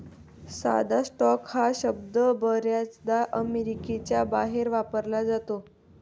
साधा स्टॉक हा शब्द बर्याचदा अमेरिकेच्या बाहेर वापरला जातो